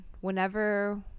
whenever